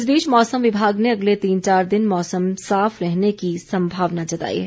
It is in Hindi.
इस बीच मौसम विभाग ने अगले तीन चार दिन मौसम के साफ रहने की संभावना जताई है